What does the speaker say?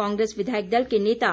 कांग्रेस विधायक दल के नेता